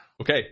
Okay